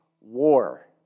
war